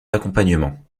d’accompagnement